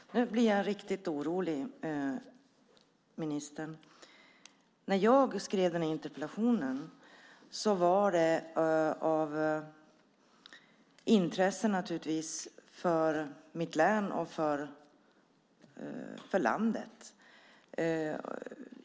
Herr talman! Nu blir jag riktigt orolig, ministern. Att jag skrev min interpellation var naturligtvis av intresse för mitt län och för landet.